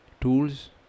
tools